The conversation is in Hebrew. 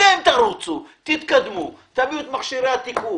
אתם תרוצו, תתקדמו, תביאו את מכשירי התיקוף,